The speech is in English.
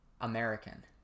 American